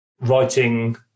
writing